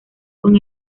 con